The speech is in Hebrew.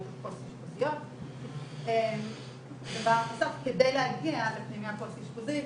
פוסט אשפוזיות ובסוף כדי להגיע לפנימייה פוסט אשפוזית,